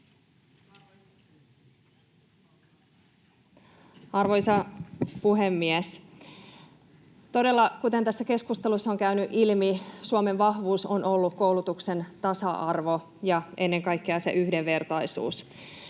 Arvoisa puhemies! Todella, kuten tässä keskustelussa on käynyt ilmi, Suomen vahvuus on ollut koulutuksen tasa-arvo ja ennen kaikkea se yhdenvertaisuus.